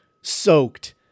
soaked